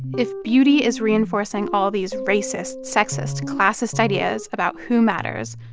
if beauty is reinforcing all these racist, sexist, classist ideas about who matters,